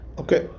okay